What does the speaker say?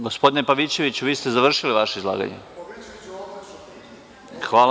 Gospodine Pavićeviću, vi ste završili vaše izlaganje? (Da.) Hvala.